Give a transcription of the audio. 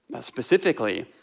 Specifically